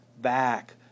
back